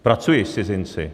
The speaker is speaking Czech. Pracuji s cizinci.